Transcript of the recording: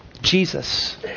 Jesus